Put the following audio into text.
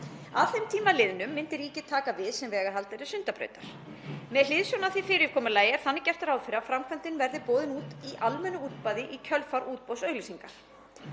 Að þeim tíma liðnum myndi ríkið taka við sem veghaldari Sundabrautar. Með hliðsjón af því fyrirkomulagi er þannig gert ráð fyrir að framkvæmdin verði boðin út í almennu útboði í kjölfar útboðsauglýsingar.